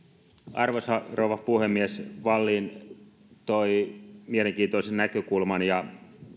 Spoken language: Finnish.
arvoisa rouva puhemies wallin toi mielenkiintoisen näkökulman ja